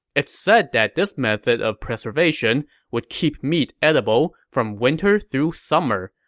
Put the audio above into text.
it's said that this method of preservation would keep meat edible from winter through summer,